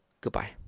Goodbye